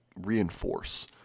reinforce